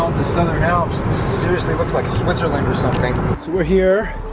the southern alps this seriously looks like switzerland or something. so we're here.